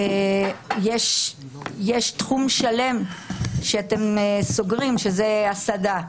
יש תחום שלם שאתם סוגרים וזה תחום ההסעדה,